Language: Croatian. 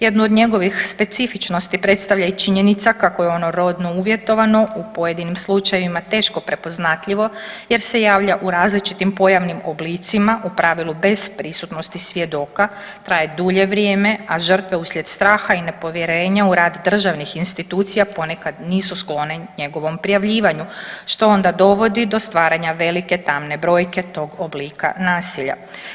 Jednu od njegovih specifičnosti predstavlja i činjenica kako je ono rodno uvjetovano u pojedinim slučajevima teško prepoznatljivo jer se javlja u različitim pojavnim oblicima u pravilu bez prisutnosti svjedoka, traje dulje vrijeme a žrtve uslijed straha i nepovjerenja u rad državnih institucija ponekad nisu sklone njegovom prijavljivanju što onda dovodi do stvaranja velike tamne brojke tog oblika nasilja.